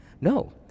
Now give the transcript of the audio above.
No